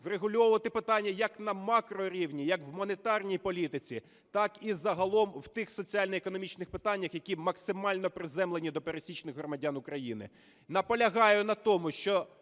Врегульовувати питання як на макрорівні, як в монетарній політиці, так і загалом в тих соціально-економічних питаннях, які максимально приземлені до пересічних громадян України.